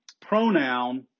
pronoun